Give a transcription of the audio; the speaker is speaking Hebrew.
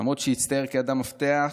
למרות שהצטייר כאדם מבטיח,